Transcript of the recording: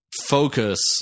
focus